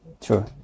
True